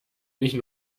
nicht